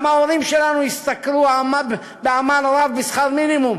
גם ההורים שלנו השתכרו בעמל רב שכר מינימום,